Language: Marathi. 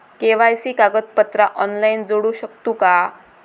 के.वाय.सी कागदपत्रा ऑनलाइन जोडू शकतू का?